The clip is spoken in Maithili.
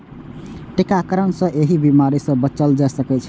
टीकाकरण सं एहि बीमारी सं बचल जा सकै छै